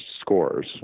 scores